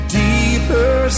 deeper